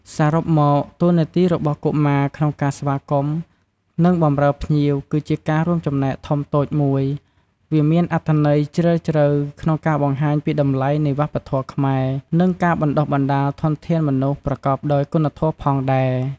សរុបមក តួនាទីរបស់កុមារក្នុងការស្វាគមន៍ និងបម្រើភ្ញៀវ គឺជាការរួមចំណែកធំតូចមួយ វាមានអត្ថន័យជ្រាលជ្រៅក្នុងការបង្ហាញពីតម្លៃនៃវប្បធម៌ខ្មែរ និងការបណ្ដុះបណ្ដាលធនធានមនុស្សប្រកបដោយគុណធម៌ផងដែរ។